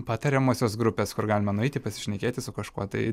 patariamosios grupės kur galima nueiti pasišnekėti su kažkuo tai